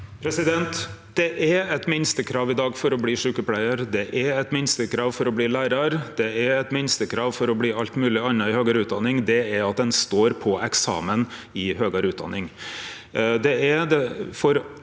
Det er eit min- stekrav i dag for å bli sjukepleiar, det er eit minstekrav for å bli lærar, og det er eit minstekrav for å bli alt mogleg anna i høgare utdanning, og det er at ein står på eksamen i høgare utdanning.